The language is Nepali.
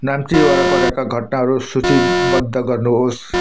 नाम्ची वरपरका घटनाहरू सूचीबद्ध गर्नुहोस्